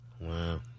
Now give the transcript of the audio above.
Wow